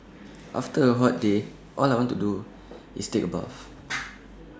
after A hot day all I want to do is take A bath